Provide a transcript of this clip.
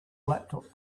laptop